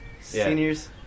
Seniors